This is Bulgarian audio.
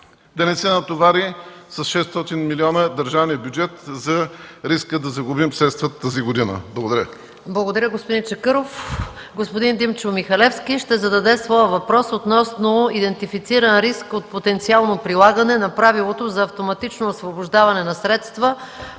да не се натовари с 600 милиона държавният бюджет, за риска да загубим средства тази година? Благодаря Ви. ПРЕДСЕДАТЕЛ МАЯ МАНОЛОВА: Благодаря, господин Чакъров. Господин Димчо Михалевски ще зададе своя въпрос относно идентифициран риск от потенциално прилагане на правилото за автоматично освобождаване на средства